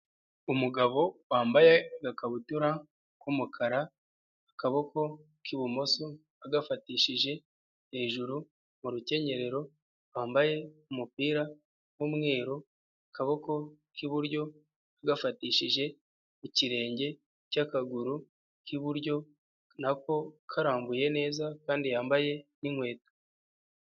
Umugabo wambaye agakabutura k'umukara akaboko k'ibumoso agafatishije hejuru mu rukenyerero rwambaye umupira w'umweru, akaboko k'iburyo agafatishije ku kirenge cy'akaguru cy'iburyo nako karambuye neza kandi yambaye n'inkweto.